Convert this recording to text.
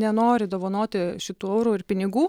nenori dovanoti šitų eurų ir pinigų